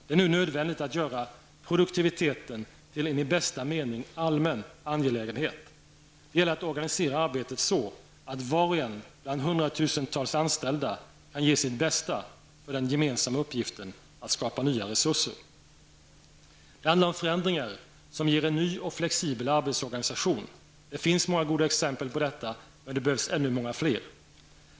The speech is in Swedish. Det är nu nödvändigt att göra produktiviteten till en i bästa mening allmän angelägenhet. Det gäller att organisera arbetet så, att var och en bland hundratusentals anställda kan ge sitt bästa för den gemensamma uppgiften att skapa nya resurser. Det handlar om förändringar som ger en ny och flexibel arbetsorganisation -- det finns många goda exempel på detta, men det behövs många fler.